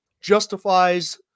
justifies